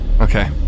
Okay